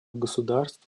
государств